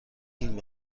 این